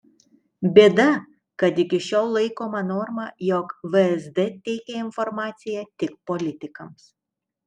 bėda kad iki šiol laikoma norma jog vsd teikia informaciją tik politikams